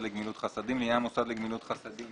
לגמילות חסדים לעניין מוסד לגמילות חסדים